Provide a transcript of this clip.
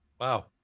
Wow